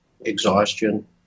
exhaustion